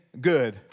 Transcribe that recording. good